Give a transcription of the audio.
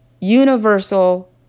universal